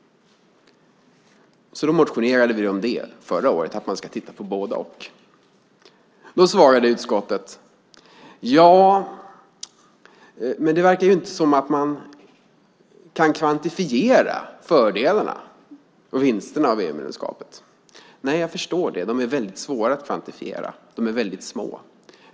Då motionerade vi förra året om att man ska titta på både-och. Då svarade utskottet att det inte verkar som att man kan kvantifiera fördelarna och vinsterna med EU-medlemskapet. Jag förstår det. De är svåra att kvantifiera. De är väldigt små.